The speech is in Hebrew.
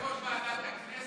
אתה היית יושב-ראש ועדת הכנסת?